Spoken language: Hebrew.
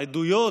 העדויות